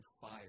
fire